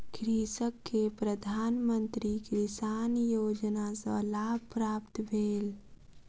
कृषक के प्रधान मंत्री किसान योजना सॅ लाभ प्राप्त भेल